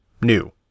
new